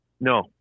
No